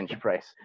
press